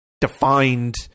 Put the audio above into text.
defined